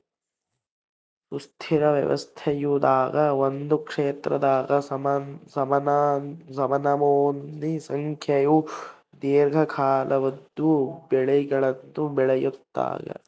ಸುಸ್ಥಿರ ವ್ಯವಸಾಯದಾಗ ಒಂದೇ ಕ್ಷೇತ್ರದಾಗ ನಮನಮೋನಿ ಸಂಖ್ಯೇವು ದೀರ್ಘಕಾಲದ್ವು ಬೆಳೆಗುಳ್ನ ಬೆಳಿಲಾಗ್ತತೆ